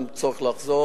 אין צורך לחזור.